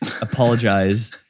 apologize